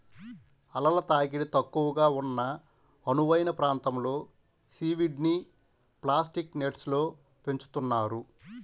అలల తాకిడి తక్కువగా ఉన్న అనువైన ప్రాంతంలో సీవీడ్ని ప్లాస్టిక్ నెట్స్లో పెంచుతున్నారు